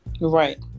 right